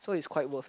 so it's quite worth